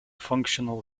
functional